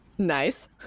nice